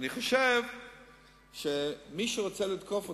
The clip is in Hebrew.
אני חושב שמי שרוצה לתקוף אותנו,